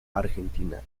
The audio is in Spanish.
argentina